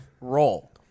role